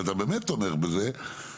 ואתה באמת תומך בזה,